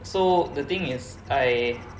so the thing is I